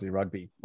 rugby